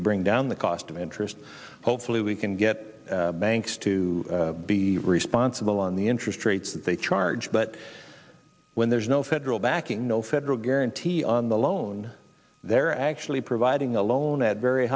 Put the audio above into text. to bring down the cost of interest hopefully we can get banks to be responsible on the interest rates that they charge but when there's no federal backing no federal guarantee on the loan they're actually providing a loan at very